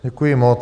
Děkuji moc.